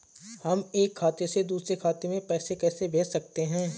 हम एक खाते से दूसरे खाते में पैसे कैसे भेज सकते हैं?